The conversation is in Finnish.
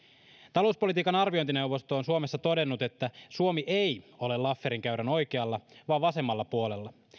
talouspolitiikan arviointineuvosto on suomessa todennut että suomi ei ole lafferin käyrän oikealla vaan vasemmalla puolella